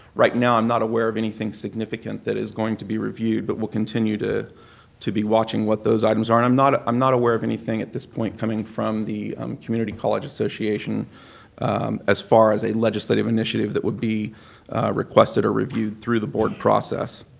right now i'm not aware of anything significant that is going to be reviewed, but will continue to to be watching what those amounts so are. and i'm not i'm not aware of anything at this point coming from the community college association as far as a legislative initiative that would be requested or reviewed through the board process.